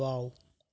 wow